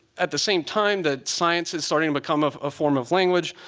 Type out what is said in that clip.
at the same time that science is starting to become of a form of language,